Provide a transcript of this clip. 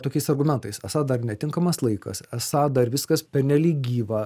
tokiais argumentais esą dar netinkamas laikas esą dar viskas pernelyg gyva